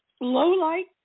low-light